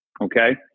Okay